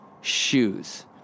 shoes